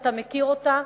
שאתה מכיר אותה,